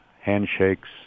handshakes